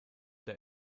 der